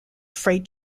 freight